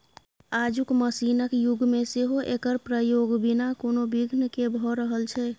आजुक मशीनक युग मे सेहो एकर प्रयोग बिना कोनो बिघ्न केँ भ रहल छै